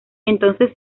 entonces